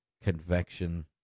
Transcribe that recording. Convection